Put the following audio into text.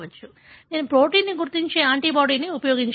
కాబట్టి నేను ప్రోటీన్ను గుర్తించే యాంటీబాడీని ఉపయోగించగలను